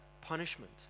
punishment